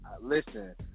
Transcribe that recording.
listen